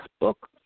book